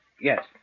yes